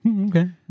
Okay